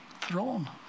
throne